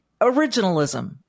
Originalism